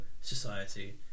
society